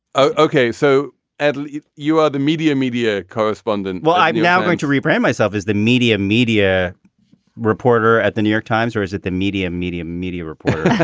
ok. so at least you are the media media correspondent well, i'm now going to rebrand myself as the media media reporter at the new york times, or is it the media medium media report?